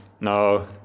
no